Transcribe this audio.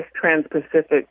Trans-Pacific